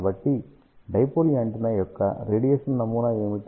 కాబట్టి dipole antenna యొక్క radiation నమూనా ఏమిటి